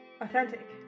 authentic